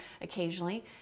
occasionally